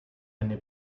eine